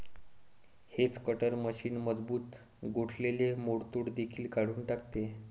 hedge cutter machine मजबूत गोठलेले मोडतोड देखील काढून टाकते